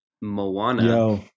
Moana